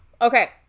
okay